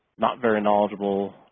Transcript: not very knowledgeable,